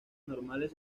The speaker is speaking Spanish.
normales